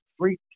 three